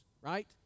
right